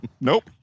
nope